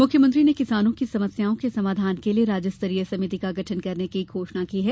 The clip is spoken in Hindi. मुख्यमंत्री ने किसानों की समस्याओं के समाधान के लिये राज्य स्तरीय समिति का गठन करने की घोषणा की है